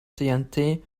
tnt